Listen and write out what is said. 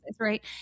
right